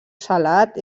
salat